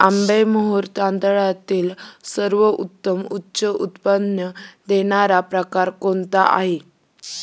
आंबेमोहोर तांदळातील सर्वोत्तम उच्च उत्पन्न देणारा प्रकार कोणता आहे?